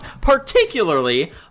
Particularly